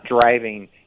driving